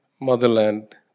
motherland